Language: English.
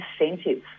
incentives